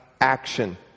action